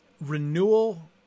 Renewal